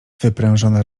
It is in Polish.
wyprężona